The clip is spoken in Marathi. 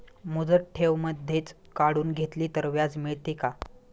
मुदत ठेव मधेच काढून घेतली तर व्याज मिळते का?